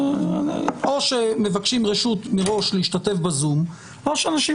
או שמבקשים רשות מראש להשתתף בזום או שאנשים